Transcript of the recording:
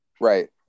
Right